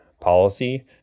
policy